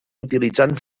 utilitzant